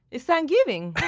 it's san giving.